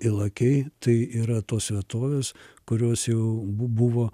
ylakiai tai yra tos vietovės kurios jau buvo